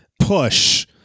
push